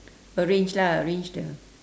arrange lah arrange the